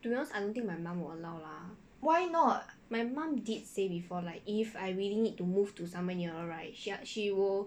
why not